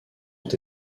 ont